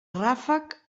ràfec